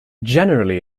generally